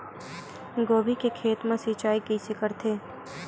गोभी के खेत मा सिंचाई कइसे रहिथे?